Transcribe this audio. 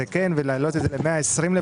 זה כן ולהעלות את זה ל-120 לפחות.